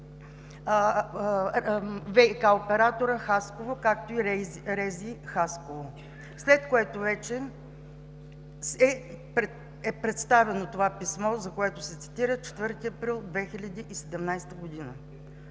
ВиК-операторът – Хасково, както и РЗИ – Хасково, след което вече е представено това писмо, което се цитира – 4 април 2017 г.